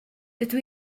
dydw